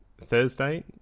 Thursday